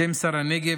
בשם שר הנגב,